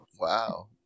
Wow